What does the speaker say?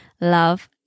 love